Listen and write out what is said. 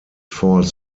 falls